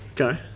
Okay